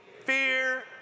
Fear